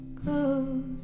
close